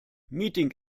meeting